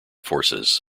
forces